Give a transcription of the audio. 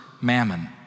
mammon